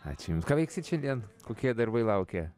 ačiū jums ką veiksit šiandien kokie darbai laukia